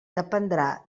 dependrà